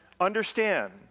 understand